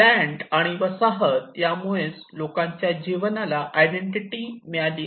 land आणि वसाहत यामुळेच लोकांच्या जीवनाला आयडेंटिटी मिळाली आहे